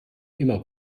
immer